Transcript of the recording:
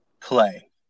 play